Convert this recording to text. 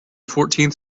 fourteenth